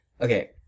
Okay